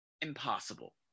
impossible